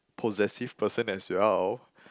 possessive person as well